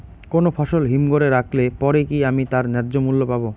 কোনো ফসল হিমঘর এ রাখলে পরে কি আমি তার ন্যায্য মূল্য পাব?